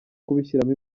kubishyiramo